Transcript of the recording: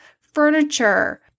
furniture